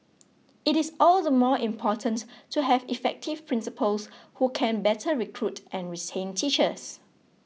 it is all the more important to have effective principals who can better recruit and retain teachers